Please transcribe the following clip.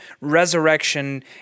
resurrection